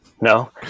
No